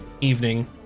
evening